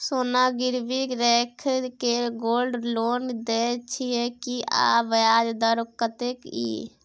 सोना गिरवी रैख के गोल्ड लोन दै छियै की, आ ब्याज दर कत्ते इ?